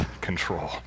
control